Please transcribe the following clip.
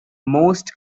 most